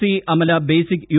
C Amala basic U